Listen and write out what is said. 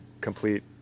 complete